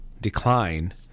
decline